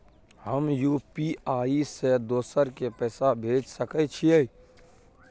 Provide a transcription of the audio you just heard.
हम यु.पी.आई से दोसर के पैसा भेज सके छीयै?